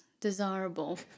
desirable